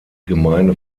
gemeinde